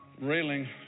railing